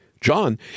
John